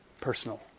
personal